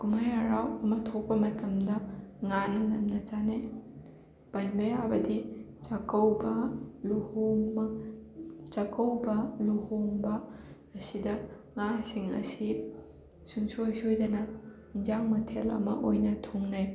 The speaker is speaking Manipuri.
ꯀꯨꯝꯍꯩ ꯍꯔꯥꯎ ꯑꯃ ꯊꯣꯛꯄ ꯃꯇꯝꯗ ꯉꯥꯅ ꯅꯝꯅ ꯆꯥꯅꯩ ꯄꯟꯕ ꯌꯥꯕꯗꯤ ꯆꯥꯛꯀꯧꯕ ꯂꯨꯍꯣꯡꯕ ꯆꯥꯛꯀꯧꯕ ꯂꯨꯍꯣꯡꯕ ꯑꯁꯤꯗ ꯉꯥꯁꯤꯡ ꯑꯁꯤ ꯁꯨꯡꯁꯣꯏ ꯁꯣꯏꯗꯅ ꯏꯟꯖꯥꯡ ꯃꯊꯦꯜ ꯑꯃ ꯑꯣꯏꯅ ꯊꯣꯡꯅꯩ